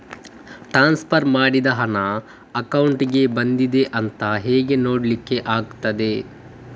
Transfer ಮಾಡಿದ ಹಣ ಅಕೌಂಟಿಗೆ ಬಂದಿದೆ ಅಂತ ಹೇಗೆ ನೋಡ್ಲಿಕ್ಕೆ ಆಗ್ತದೆ?